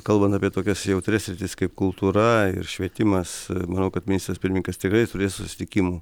kalbant apie tokias jautrias sritis kaip kultūra ir švietimas manau kad ministras pirmininkas tikrai turės susitikimų